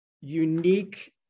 unique